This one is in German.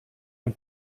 ein